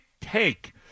take